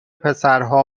پسرها